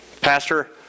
Pastor